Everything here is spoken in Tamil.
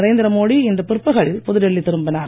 நரேந்திர மோடி இன்று பிற்பகல் புதுடில்லி திரும்பினார்